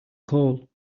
coal